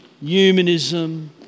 humanism